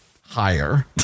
higher